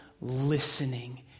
listening